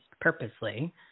purposely